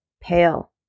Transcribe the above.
pale